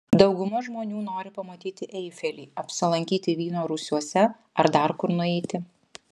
dauguma žmonių nori pamatyti eifelį apsilankyti vyno rūsiuose ar dar kur nueiti